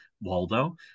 Waldo